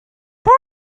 boy